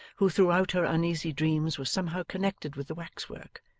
who throughout her uneasy dreams was somehow connected with the wax-work,